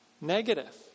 Negative